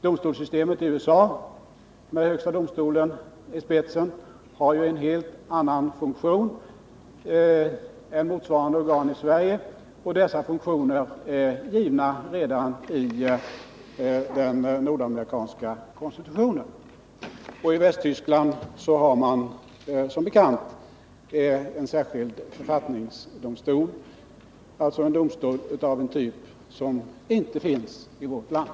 Domstolssystemet i USA med högsta domstolen i toppen har en helt annan funktion än motsvarande organ i Sverige, och dess funktioner är givna redan i den nordamerikanska konstitutionen. I Västtyskland har man som bekant en särskild författningsdomstol, dvs. en domstol av en typ som inte finns i vårt land.